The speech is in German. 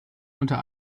unter